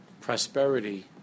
prosperity